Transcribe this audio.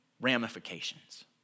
ramifications